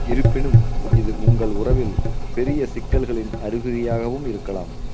இருப்பினும் இது உங்கள் உறவில் பெரிய சிக்கல்களின் அறிகுறியாகவும் இருக்கலாம்